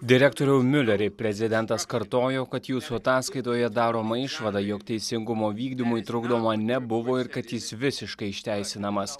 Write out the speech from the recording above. direktoriau miuleri prezidentas kartojo kad jūsų ataskaitoje daroma išvada jog teisingumo vykdymui trukdoma nebuvo ir kad jis visiškai išteisinamas